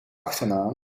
achternaam